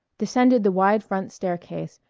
descended the wide front staircase,